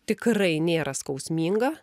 tikrai nėra skausminga